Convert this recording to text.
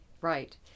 Right